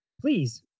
Please